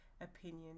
opinion